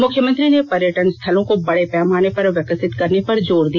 मुख्यमंत्री ने पर्यटन स्थलों को बड़े पैमाने पर विकसित करने पर जोर दिया